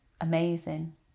amazing